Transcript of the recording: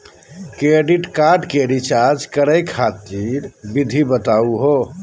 Credit card क recharge करै खातिर विधि बताहु हो?